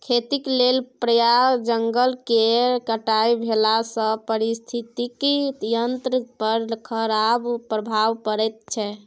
खेतीक लेल प्राय जंगल केर कटाई भेलासँ पारिस्थितिकी तंत्र पर खराप प्रभाव पड़ैत छै